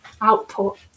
output